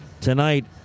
Tonight